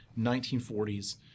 1940s